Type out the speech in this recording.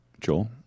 Joel